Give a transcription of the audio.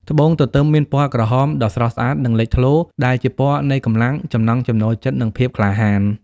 ត្បូងទទឹមមានពណ៌ក្រហមដ៏ស្រស់ស្អាតនិងលេចធ្លោ ដែលជាពណ៌នៃកម្លាំង ចំណង់ចំណូលចិត្ត និងភាពក្លាហាន។